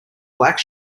black